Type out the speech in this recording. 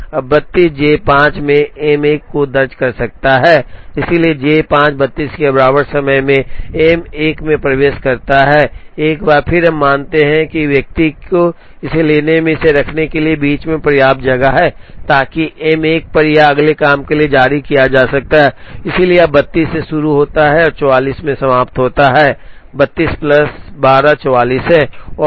अब 32 J 5 में M 1 दर्ज कर सकता है इसलिए J 5 32 के बराबर समय में M 1 में प्रवेश करता है एक बार फिर हम मानते हैं कि व्यक्ति को इसे लेने और इसे रखने के लिए बीच में पर्याप्त जगह है ताकि M 1 यह अगले काम के लिए जारी किया जा सकता है इसलिए यह 32 से शुरू होता है और 44 में समाप्त होता है 32 प्लस 12 44 है